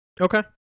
Okay